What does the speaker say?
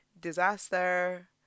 disaster